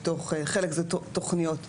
חלק זה תוכניות מובנות,